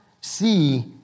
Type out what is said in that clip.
see